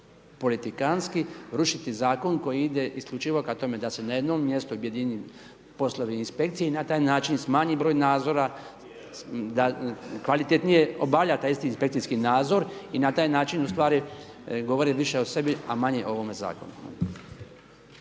politikantski koji ide isključivo ka tome da se na jednom mjestu objedini poslovi inspekcije i na taj način smanji broj nadzora, da kvalitetnije obavlja taj isti inspekcijski nadzor i na taj način govore više o sebi, a manje o ovome zakonu